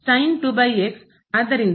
ಆದ್ದರಿಂದ ಇದು ರೂಪವಾಗಿದೆ